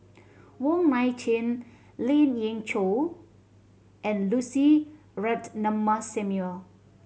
Wong Nai Chin Lien Ying Chow and Lucy Ratnammah Samuel